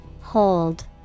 Hold